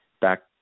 back